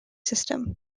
system